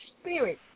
spirit